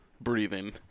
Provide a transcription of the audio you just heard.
breathing